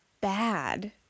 bad